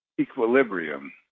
equilibrium